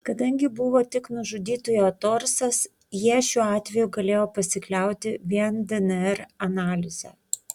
kadangi buvo tik nužudytojo torsas jie šiuo atveju galėjo pasikliauti vien dnr analize